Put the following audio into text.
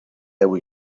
deu